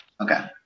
Okay